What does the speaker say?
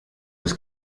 was